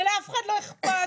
ולאף אחד לא אכפת.